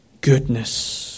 goodness